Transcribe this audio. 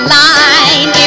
line